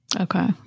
Okay